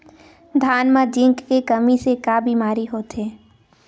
धान म जिंक के कमी से का बीमारी होथे?